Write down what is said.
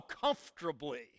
comfortably